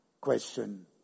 question